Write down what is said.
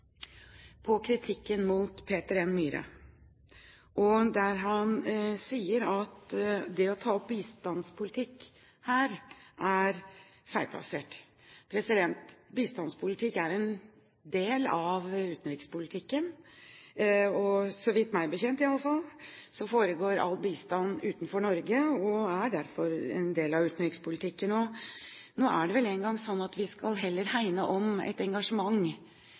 kritikken mot Peter N. Myhre, der han sier at det å ta opp bistandspolitikk her er feilplassert. Bistandspolitikk er en del av utenrikspolitikken, og så vidt jeg vet i alle fall, foregår all bistand utenfor Norge og er derfor en del av utenrikspolitikken. Nå er det vel engang sånn at vi heller skal hegne om et engasjement.